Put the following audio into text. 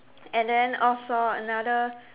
and then also another